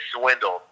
swindled